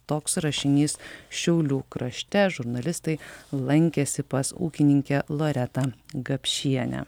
toks rašinys šiaulių krašte žurnalistai lankėsi pas ūkininkę loretą gapšienę